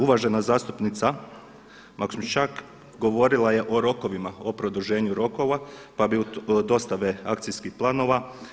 Uvažena zastupnica Maksimčuk govorila je o rokovima, o produženju rokova dostave akcijskih planova.